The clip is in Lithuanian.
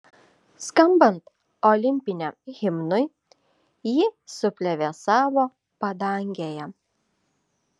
skambant olimpiniam himnui ji suplevėsavo padangėje